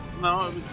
No